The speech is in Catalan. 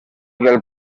del